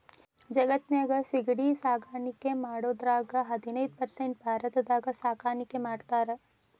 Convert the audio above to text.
ಜಗತ್ತಿನ್ಯಾಗ ಸಿಗಡಿ ಸಾಕಾಣಿಕೆ ಮಾಡೋದ್ರಾಗ ಹದಿನೈದ್ ಪರ್ಸೆಂಟ್ ಭಾರತದಾಗ ಸಾಕಾಣಿಕೆ ಮಾಡ್ತಾರ